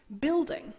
building